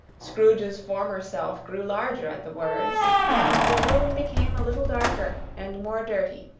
scrooge's former self grew larger at the words, and the room became a little darker and more dirty.